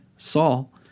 Saul